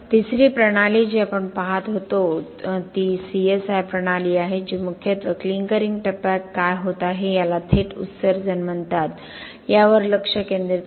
तिसरी प्रणाली जी आपण पाहत होतो ती सीएसआय प्रणाली आहे जी मुख्यत्वे क्लिंकरिंग टप्प्यात काय होत आहे याला थेट उत्सर्जन म्हणतात यावर लक्ष केंद्रित करते